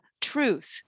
truth